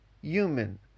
human